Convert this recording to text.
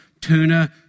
tuna